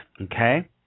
Okay